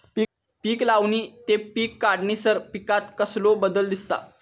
पीक लावणी ते पीक काढीसर पिकांत कसलो बदल दिसता?